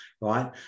right